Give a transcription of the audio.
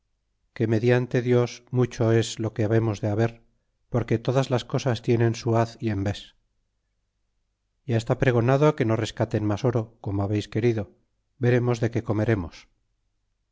que mediante dios mucho es lo que babemos de haber porque todas las cosas tienen su haz y envés ya está pregonado que no rescaten mas oro como habeis querido veremos de que comeremos